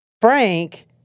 Frank